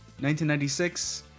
1996